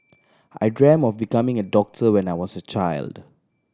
I dreamt of becoming a doctor when I was a child